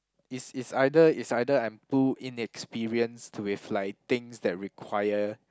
is is either is either I'm too inexperienced with like things that require